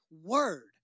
word